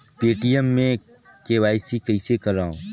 Paytm मे KYC कइसे करव?